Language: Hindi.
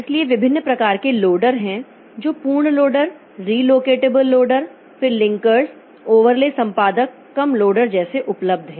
इसलिए विभिन्न प्रकार के लोडर हैं जो पूर्ण लोडर रिलोकटबल लोडर फिर लिंकर्स ओवरले संपादक कम लोडर जैसे उपलब्ध हैं